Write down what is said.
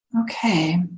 Okay